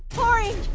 orange,